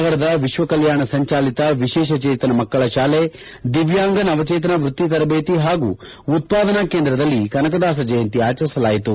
ನಗರದ ವಿಶ್ವ ಕಲ್ಯಾಣ ಸಂಚಾಲಿತ ವಿಶೇಷ ಚೇತನ ಮಕ್ಕಳ ಶಾಲೆ ದಿವ್ಯಾಂಗ ನವಚೇತನ ವೃತ್ತಿ ತರಬೇತಿ ಹಾಗೂ ಉತ್ವಾದನಾ ಕೇಂದ್ರದಲ್ಲಿ ಕನಕದಾಸ ಜಯಂತಿ ಆಚರಿಸಲಾಯಿತು